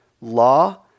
law